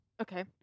Okay